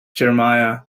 jeremiah